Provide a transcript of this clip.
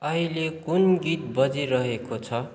आहिले कुन गीत बजिरहेको छ